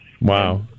Wow